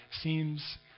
seems